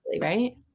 right